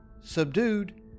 subdued